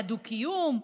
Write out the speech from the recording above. היה דו-קיום.